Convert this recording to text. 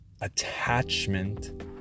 attachment